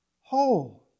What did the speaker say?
Whole